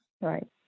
Right